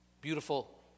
Beautiful